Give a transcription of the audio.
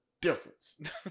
difference